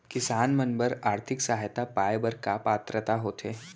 किसान मन बर आर्थिक सहायता पाय बर का पात्रता होथे?